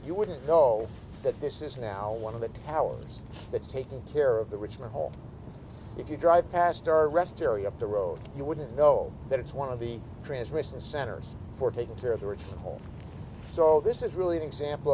you wouldn't go that this is now one of the towers that taking care of the richmond home if you drive past our rest area up the road you wouldn't know that it's one of the transmission centers for taking care of the rich so this is really an example